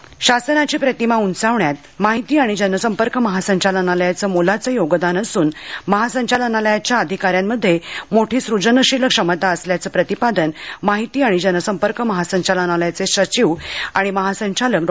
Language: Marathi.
जनसंपर्क शासनाची प्रतिमा उंचावण्यात माहिती व जनसंपर्क महासंचालनालयाचं मोलाचं योगदान असून महासंचालनालयाच्या अधिका यांमध्ये मोठी सूजनशील क्षमता असल्याचं प्रतिपादन माहिती आणि जनसंपर्क महासंचालनालयाचे सचिव तसंच महासंचालक डॉ